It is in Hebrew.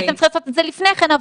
הייתם צריכים לעשות את זה לפני כן,